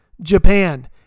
Japan